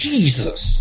Jesus